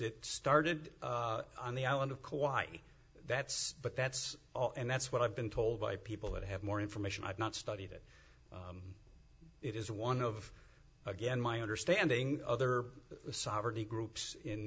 it started on the island of quietly that's but that's all and that's what i've been told by people that have more information i've not studied it it is one of again my understanding other sovereignty groups in